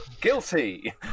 guilty